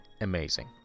amazing